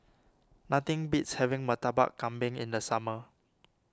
nothing beats having Murtabak Kambing in the summer